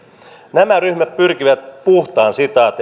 nämä ryhmät pyrkivät puhtaan